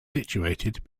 situated